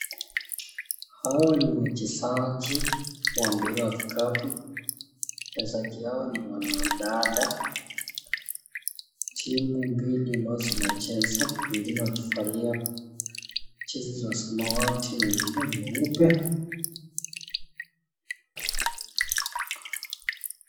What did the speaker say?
Hawa ni wachezajiwa mpira wa vikapu. Wachezaji hawa ni wanadada, timu mbili ambazo zinacheza wengine wakivalia jezi za samawati na wengine nyeupe.